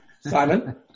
Simon